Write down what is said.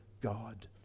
God